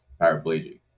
paraplegic